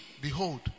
behold